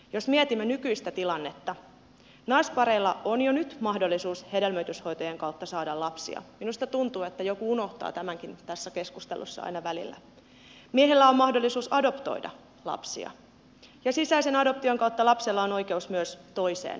jos mietimme nykyistä tilannetta naispareilla on jo nyt mahdollisuus hedelmöityshoitojen kautta saada lapsia minusta tuntuu että joku unohtaa tämänkin nyt tässä keskustelussa aina välillä ja miehillä on mahdollisuus adoptoida lapsia ja sisäisen adoption kautta lapsella on oikeus myös toiseen vanhempaan